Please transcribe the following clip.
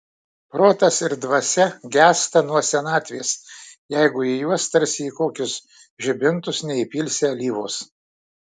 protas ir dvasia gęsta nuo senatvės jeigu į juos tarsi į kokius žibintus neįpilsi alyvos